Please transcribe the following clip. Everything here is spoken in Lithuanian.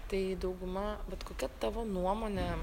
tai dauguma vat kokia tavo nuomonė